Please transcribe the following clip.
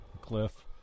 cliff